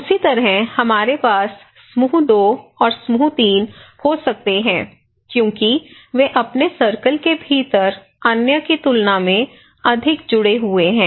उसी तरह हमारे पास समूह 2 और समूह 3 हो सकते हैं क्योंकि वे अपने सर्कल के भीतर अन्य की तुलना में अधिक जुड़े हुए हैं